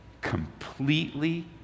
completely